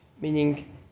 meaning